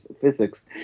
Physics